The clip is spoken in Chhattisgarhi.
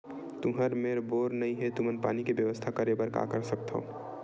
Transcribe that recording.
तुहर मेर बोर नइ हे तुमन पानी के बेवस्था करेबर का कर सकथव?